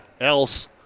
else